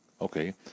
Okay